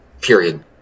period